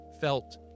felt